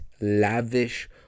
lavish